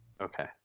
Okay